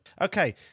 okay